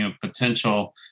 potential